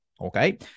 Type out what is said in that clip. Okay